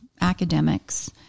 academics